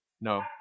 No